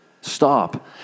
Stop